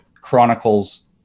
chronicles